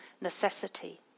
necessity